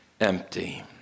empty